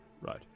Right